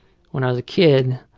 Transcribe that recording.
when i was a kid,